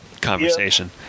conversation